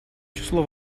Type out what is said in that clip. число